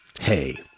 Hey